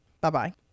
Bye-bye